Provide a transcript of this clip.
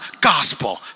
gospel